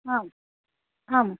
आम् आम्